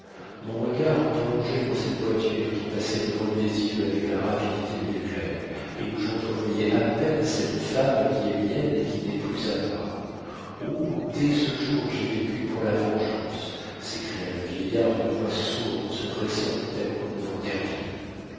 mon regard plongeait dans cette voiture qui passait devant mes yeux avec la rapidité de l'éclair et où j'entrevoyais à peine cette femme qui est mienne et qui n'est plus à moi oh dès ce jour j'ai vécu pour la vengeance s'écria le vieillard d'une voix sourde en se dressant tout à coup devant